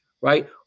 right